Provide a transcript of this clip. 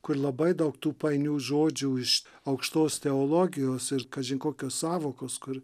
kur labai daug tų painių žodžių iš aukštos teologijos ir kažin kokios sąvokos kur